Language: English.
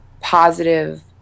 positive